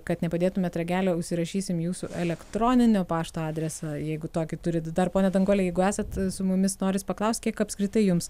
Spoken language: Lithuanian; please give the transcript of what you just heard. kad nepadėtumėt ragelio užsirašysim jūsų elektroninio pašto adresą jeigu tokį turit dar ponia danguole jeigu esat su mumis noris paklaust kiek apskritai jums